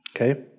Okay